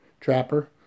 trapper